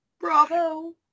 Bravo